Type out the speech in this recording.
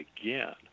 again